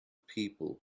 people